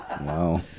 Wow